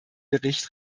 bericht